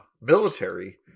military